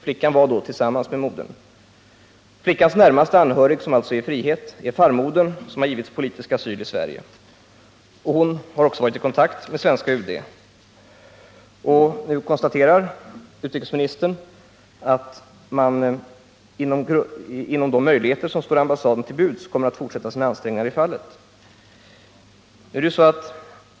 Flickan var då tillsammans med modern. Flickans närmaste anhörig som finns i frihet är farmodern, som har getts politisk asyl i Sverige. Hon har också varit i kontakt med svenska UD. Nu konstaterar utrikesministern att man inom ramen för de möjligheter som står ambassaden till buds kommer att fortsätta sina ansträngningar i fallet.